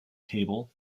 table